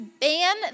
ban